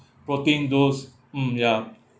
protein those mm ya